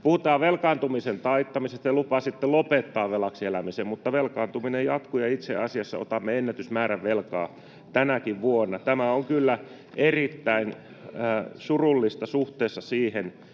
Puhutaan velkaantumisen taittamisesta, ja lupasitte lopettaa velaksi elämisen, mutta velkaantuminen jatkuu, ja itse asiassa otamme ennätysmäärän velkaa tänäkin vuonna. Tämä on kyllä erittäin surullista suhteessa siihen,